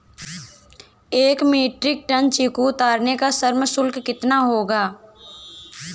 एक metric ton चीकू उतारने का श्रम शुल्क कितना होगा?